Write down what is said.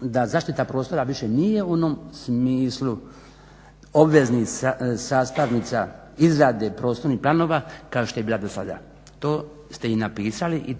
da zaštita prostora više nije u onom smislu obveznih sastavnica izrade prostornih planova kao što je bila do sada. To ste i napisali i